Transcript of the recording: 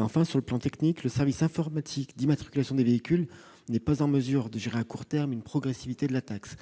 Enfin, sur le plan technique, le service informatique d'immatriculation des véhicules n'est pas en mesure de gérer à court terme une progressivité de la taxe.